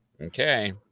Okay